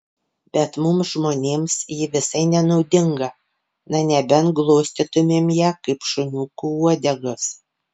bet mums žmonėms ji visai nenaudinga na nebent glostytumėm ją kaip šuniukų uodegas